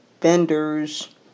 vendors